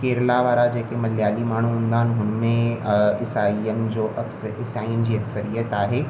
केरल वारा जेके मलियाली माण्हू हूंदा आहिनि उन में ईसाइअनि जो ईसाइअनि जी हिकु ज़रियत आहे